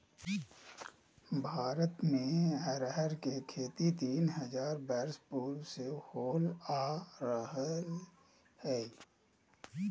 भारत में अरहर के खेती तीन हजार वर्ष पूर्व से होल आ रहले हइ